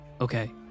okay